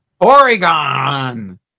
Oregon